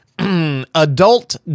adult